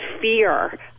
fear